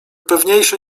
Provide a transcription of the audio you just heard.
pewniejsze